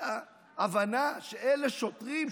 הייתה הבנה שאלה שוטרים,